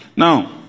Now